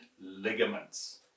ligaments